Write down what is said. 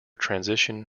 transition